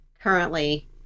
currently